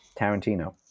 Tarantino